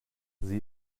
sie